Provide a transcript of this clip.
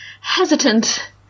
hesitant